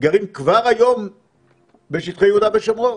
גרים כבר היום בשטחי יהודה ושומרון,